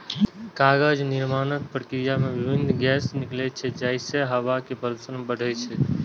कागज निर्माणक प्रक्रिया मे विभिन्न गैस निकलै छै, जइसे हवा मे प्रदूषण बढ़ै छै